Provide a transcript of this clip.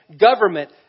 government